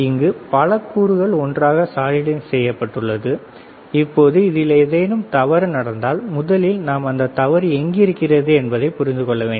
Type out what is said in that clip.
இங்கு பல கூறுகள் ஒன்றாக சாலிடரிங் செய்யப்பட்டுள்ளது இப்போது இதில் ஏதேனும் தவறு நடந்தால் முதலில் நாம் அந்தத் தவறு எங்கிருக்கிறது என்பதை புரிந்து கொள்ள வேண்டும்